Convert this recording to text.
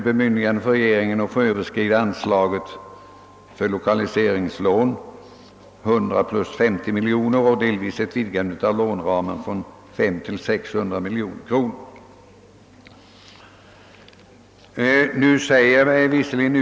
Dessutom skall regeringen bemyndigas att bevilja lokaliseringslån till högre belopp än som anvisats, varjämte låneramen för den femåriga försöksperioden vidgas till 600 miljoner kronor.